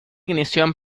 ignición